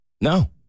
No